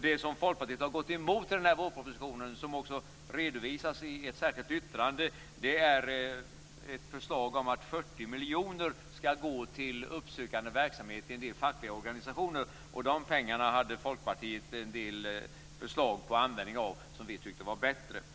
Det som Folkpartiet har gått emot i vårpropositionen, vilket också redovisas i ett särskilt yttrande, är ett förslag om att 40 miljoner kronor skall gå till uppsökande verksamhet i en del fackliga organisationer. De pengarna hade vi i Folkpartiet en del förslag på användning av som vi tyckte var bättre.